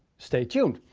stay tuned.